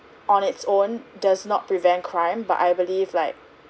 on it's own does not prevent crime but I believe like